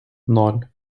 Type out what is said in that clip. ноль